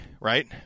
right